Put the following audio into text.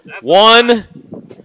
One